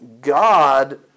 God